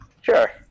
Sure